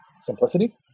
simplicity